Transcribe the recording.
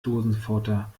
dosenfutter